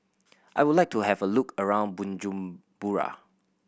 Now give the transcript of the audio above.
I would like to have a look around Bujumbura